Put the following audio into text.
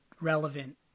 relevant